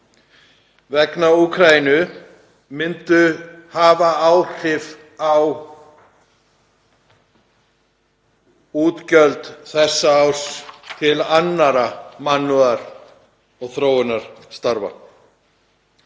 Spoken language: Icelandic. vegna Úkraínu myndu hafa áhrif á útgjöld þessa árs til annarra mannúðar- og þróunarstarfa.